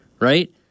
right